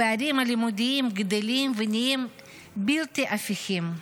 הפערים הלימודיים גדלים ונהיים בלתי הפיכים,